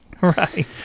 Right